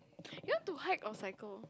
you want to hike or cycle